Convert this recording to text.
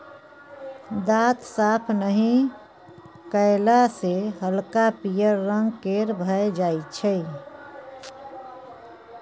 दांत साफ नहि कएला सँ हल्का पीयर रंग केर भए जाइ छै